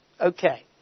Okay